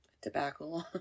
tobacco